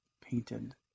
painted